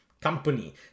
company